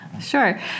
sure